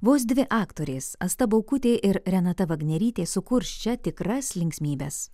vos dvi aktorės asta baukutė ir renata vagnerytė sukurs čia tikras linksmybes